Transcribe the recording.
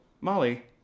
Molly